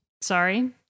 Sorry